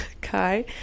Kai